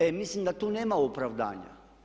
E mislim da tu nema opravdanja.